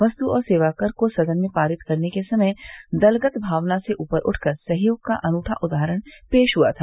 वस्तु और सेवा कर को सदन में पारित करने के समय दलगत भावना से ऊपर उठकर सहयोग का अनूठा उदाहरण पेश हुआ था